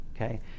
okay